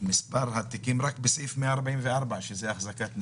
מספר התיקים רק בסעיף 144, של החזקת נשק,